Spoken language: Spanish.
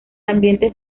ambiente